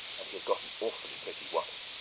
and he has got an awfully pretty wife.